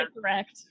correct